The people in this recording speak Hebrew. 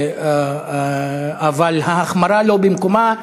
אבל ההחמרה אינה במקומה,